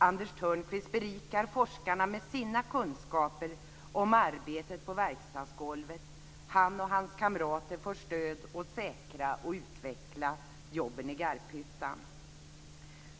Anders Thörnqvist berikar forskarna med sina kunskaper om arbetet på verkstadsgolvet. Han och hans kamrater får stöd att säkra och utveckla jobben i Garphyttan.